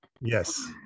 Yes